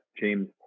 James